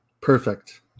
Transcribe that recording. Perfect